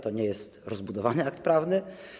To nie jest rozbudowany akt prawny.